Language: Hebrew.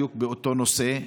בדיוק באותו נושא.